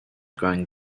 growing